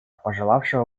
пожелавшего